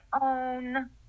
own